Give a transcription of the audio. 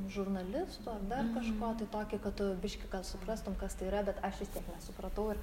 žurnalistų ar dar kažko tai tokį kad tu biškį kad suprastum kas tai yra bet aš vis tiek nesupratau ir